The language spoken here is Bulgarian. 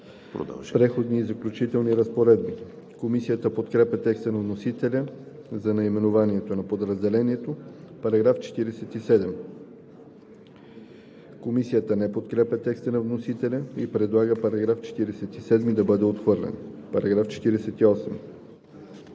„Преходни и заключителни разпоредби“ Комисията подкрепя текста на вносителя за наименованието на подразделението. Комисията не подкрепя текста на вносители и предлага § 47 да бъде отхвърлен. По § 48